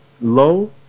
low